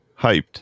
hyped